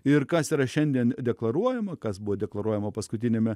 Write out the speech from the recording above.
ir kas yra šiandien deklaruojama kas buvo deklaruojama paskutiniame